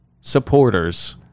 supporters